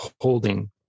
holding